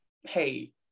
hey